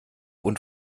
und